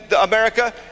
America